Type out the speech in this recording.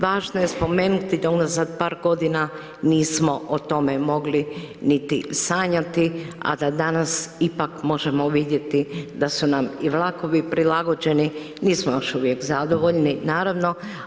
Važno je spomenuti da unazad par godina nismo o tome mogli niti sanjati a da danas ipak možemo vidjeti da su nam i vlakovi prilagođeni, nismo još uvijek zadovoljni naravno.